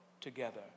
together